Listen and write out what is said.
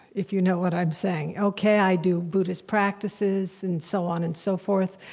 if you know what i'm saying. okay, i do buddhist practices and so on and so forth,